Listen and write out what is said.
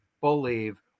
believe